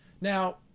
Now